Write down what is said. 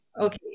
Okay